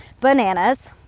bananas